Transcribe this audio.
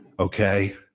Okay